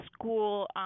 school